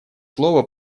слово